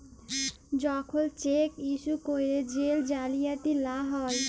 যখল cheque issue ক্যইরে জেল জালিয়াতি লা হ্যয়